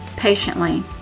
Patiently